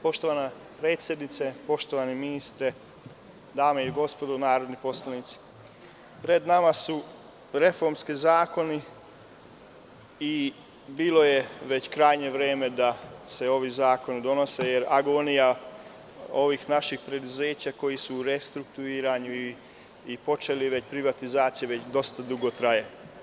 Poštovana predsednice, poštovani ministre, dame i gospodo narodni poslanici, pred nama su reformski zakoni i bilo je krajnje vreme da se ovi zakoni donesu, jer agonija ovih naših preduzeća koja su u restrukturiranju i tu privatizacija već dosta dugo traje.